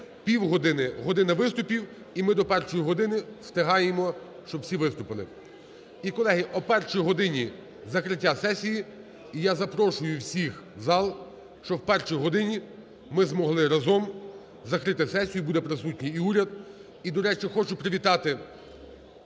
півгодини, година виступів, і ми до першої години встигаємо, щоб всі виступили. І, колеги, о першій годині закриття сесії. І я запрошую всіх у зал, щоб о першій годині ми змогли разом закрити сесію, буде присутній і уряд.